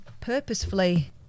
purposefully